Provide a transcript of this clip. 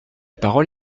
parole